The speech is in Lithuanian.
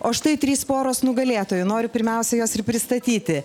o štai trys poros nugalėtojų noriu pirmiausia juos ir pristatyti